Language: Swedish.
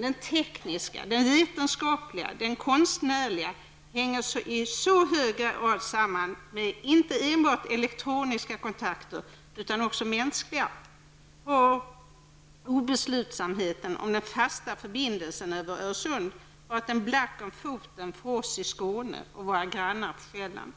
den tekniska, den vetenskapliga och den konstnärliga utvecklingen i så hög grad hänger samman inte enbart med elektroniska kontakter, utan också med mänskliga, har obeslutsamheten om den fasta förbindelsen över Öresund varit en black om foten för oss i Skåne och för våra grannar på Själland.